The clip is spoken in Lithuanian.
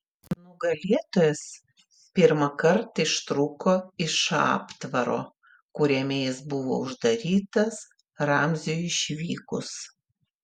nugalėtojas pirmąkart ištrūko iš aptvaro kuriame jis buvo uždarytas ramziui išvykus